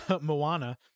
Moana